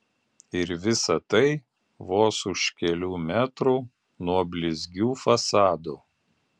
ir visa tai vos už kelių metrų nuo blizgių fasadų